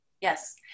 Yes